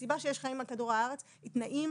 הסיבה שיש חיים על כדור הארץ היא תנאים